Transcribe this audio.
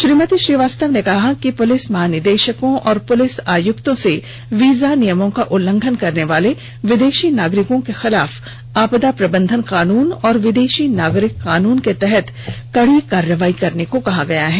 श्रीमती श्रीवास्तव ने कहा कि पुलिस महानिदेशकों और पुलिस आयुक्तों से वीजा नियमों का उल्लंघन करने वाले विदेशी नागरिकों के खिलाफ आपंदा प्रबंधन कानून और विदेशी नागरिक कानून के तहत कड़ी कार्रवाई करने को कहा गया है